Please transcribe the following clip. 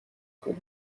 کنی